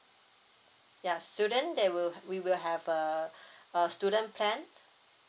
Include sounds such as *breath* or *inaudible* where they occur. ya student they will ha~ we will have uh *breath* a student plan